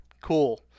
Cool